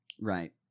Right